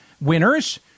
winners